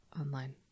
online